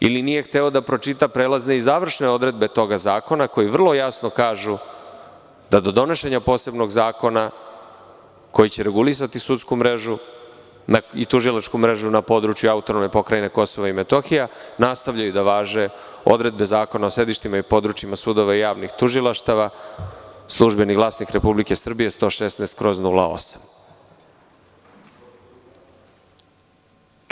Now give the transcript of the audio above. Ili nije hteo da pročita prelazne i završne odredbe tog zakona koje vrlo jasno kažu da do donošenja posebnog zakona koji će regulisati sudsku i tužilačku mrežu na području AP KiM nastavljaju da važe odredbe Zakona o sedištima i područjima sudova i javnih tužilaštava, „ Službeni glasnik RS“ 116/08.